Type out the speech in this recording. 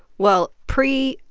well, pre-trial,